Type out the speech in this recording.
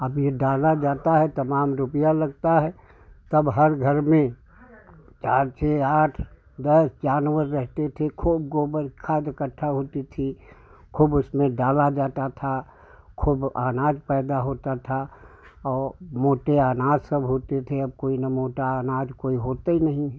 अब यह डाला जाता है तमाम रुपया लगता है तब हर घर में चार छह आठ दस जानवर रहते थे खूब गोबर खाद एकट्ठा होती थी खूब उसमें डाला जाता था खूब अनाज पैदा होता था और मोटे अनाज सब होते थे अब कोई न मोटा अनाज कोई होता ही नहीं है